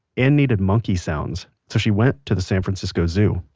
ann needed monkey sounds. so she went to the san francisco zoo